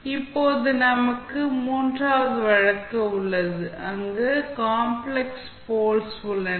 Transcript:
இப்போது நமக்கு மூன்றாவது வழக்கு உள்ளது அங்கு காம்ப்ளெக்ஸ் போல்ஸ் உள்ளன